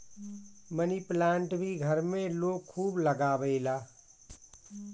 मनी plant भी घर में लोग खूब लगावेला